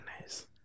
nice